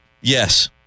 Yes